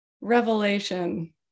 revelation